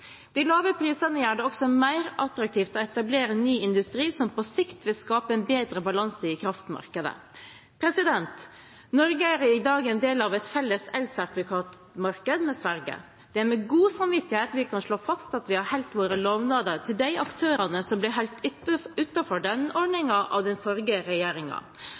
De lave prisene gjør det også mer attraktivt å etablere ny industri som på sikt vil skape en bedre balanse i kraftmarkedet. Norge er i dag en del av et felles elsertifikatmarked med Sverige. Det er med god samvittighet vi kan slå fast at vi har holdt våre lovnader til de aktørene som ble holdt utenfor den ordningen av den forrige